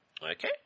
Okay